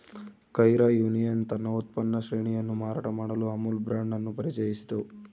Kaira union ತನ್ನ ಉತ್ಪನ್ನ ಶ್ರೇಣಿಯನ್ನು ಮಾರಾಟ ಮಾಡಲು ಅಮುಲ್ ಬ್ರಾಂಡ್ ಅನ್ನು ಪರಿಚಯಿಸಿತು